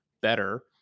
better